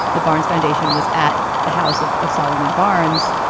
the barnes foundation was at the house of of solomon barnes,